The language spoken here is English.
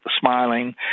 smiling